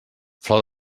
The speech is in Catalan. flor